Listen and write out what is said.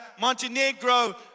Montenegro